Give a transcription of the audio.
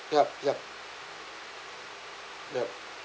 yup yup yup